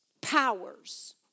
powers